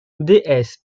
déesse